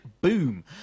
boom